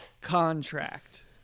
Contract